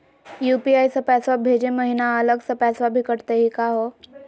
UPI स पैसवा भेजै महिना अलग स पैसवा भी कटतही का हो?